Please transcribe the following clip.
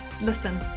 listen